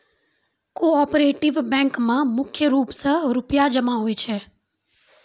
cooperative बैंको म मुख्य रूप से रूपया जमा होय छै